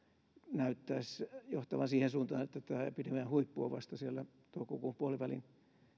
näyttäisi johtavan siihen suuntaan että epidemian huippu on vasta siellä toukokuun puolivälin